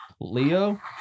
Leo